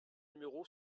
numéro